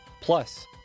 plus